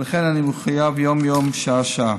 ולכך אני מחויב יום-יום, שעה-שעה.